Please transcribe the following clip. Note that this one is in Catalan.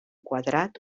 quadrat